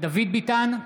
דוד ביטן,